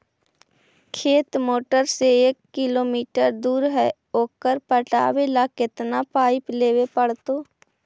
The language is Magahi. खेत मोटर से एक किलोमीटर दूर है ओकर पटाबे ल केतना पाइप लेबे पड़तै?